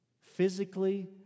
physically